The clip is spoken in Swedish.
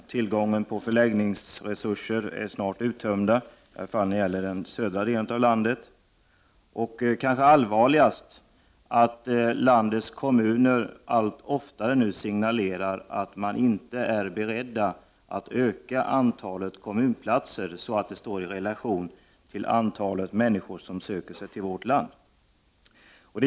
Tillgången på förläggningsresurser är snart uttömd, i varje fall när det gäller den södra delen av landet, och — vilket kanske är allvarligast — landets kommuner signalerar allt oftare att de inte är beredda att öka antalet kommunplatser, så att det står i relation till antalet människor som söker sig till vårt land.